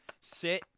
Sit